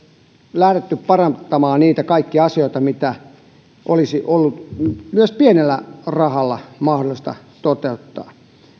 lähdetty parantamaan niitä kaikkia asioita mitä olisi ollut myös pienellä rahalla mahdollista toteuttaa